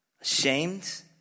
Ashamed